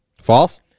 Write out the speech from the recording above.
False